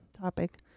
topic